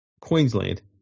Queensland